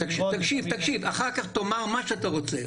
תקשיב, תקשיב, אחר כך תאמר מה שאתה רוצה.